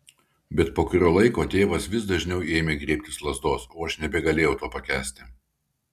bet po kurio laiko tėvas vis dažniau ėmė griebtis lazdos o aš nebegalėjau to pakęsti